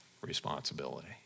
responsibility